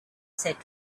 said